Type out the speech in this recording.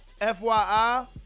FYI